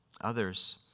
Others